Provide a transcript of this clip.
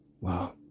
Wow